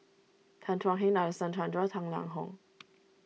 Tan Thuan Heng Nadasen Chandra and Tang Liang Hong